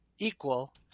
equal